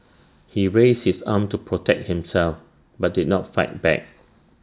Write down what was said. he raised his arm to protect himself but did not fight back